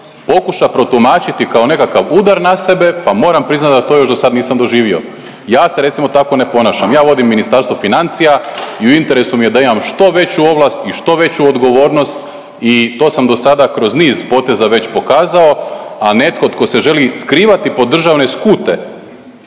pokuša protumačiti kao nekakav udar na sebe pa moram priznati da to još do sada nisam doživio. Ja se recimo tako ne ponašam. Ja vodim Ministarstvo financija i u interesu mi je da imam što veću ovlast i što veću odgovornost i to sam do sada kroz niz poteza već pokazao, a netko tko se želi skrivati pod državne skute,